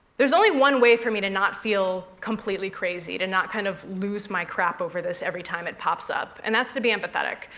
there's only one way for me to not feel completely crazy. to not kind of lose my crap over this, every time it pops up, and that's to be empathetic.